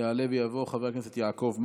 יעלה ויבוא חבר הכנסת יעקב מרגי.